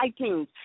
iTunes